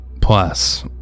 Plus